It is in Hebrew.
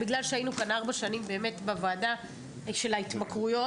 בגלל שהיינו כאן ארבע שנים באמת בוועדה של ההתמכרויות,